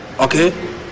Okay